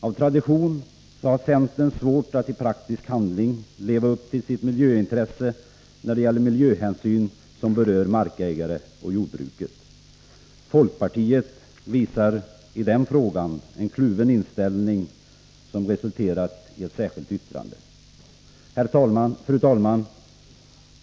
Av tradition har centern svårt att i praktisk handling leva upp till sitt miljöintresse, när det gäller miljöhänsyn som berör markägare och som berör jordbruket. Folkpartiet visar i den frågan en kluven inställning som resulterat i ett särskilt yttrande. Fru talman!